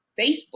Facebook